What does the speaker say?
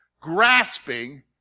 grasping